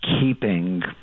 keeping